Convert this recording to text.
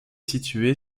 située